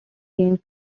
james